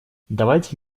давайте